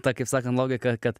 ta kaip sakant logika kad